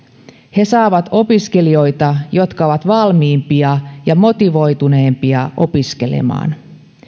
he saavat opiskelijoita jotka ovat valmiimpia ja motivoituneempia opiskelemaan